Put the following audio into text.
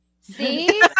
See